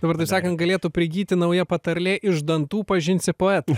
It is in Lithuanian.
dabar taip sakant galėtų prigyti nauja patarlė iš dantų pažinsi poetą